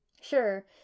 Sure